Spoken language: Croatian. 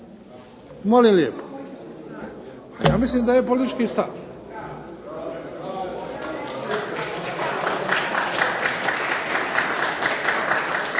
Molim lijepo. Ja mislim da je politički stav.